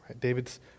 David's